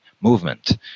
movement